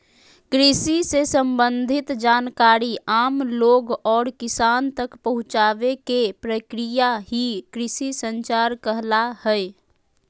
कृषि से सम्बंधित जानकारी आम लोग और किसान तक पहुंचावे के प्रक्रिया ही कृषि संचार कहला हय